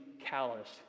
callous